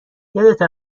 یادته